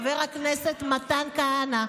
חבר הכנסת מתן כהנא,